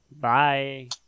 Bye